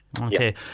Okay